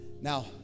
now